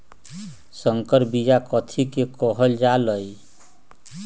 संकर बिया कथि के कहल जा लई?